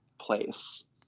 place